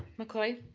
mccoy?